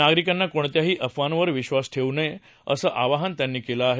नागरिकांनी कोणत्याही अफवांवर विबास ठेवू नये असं आवाहन त्यांनी केलं आहे